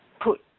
put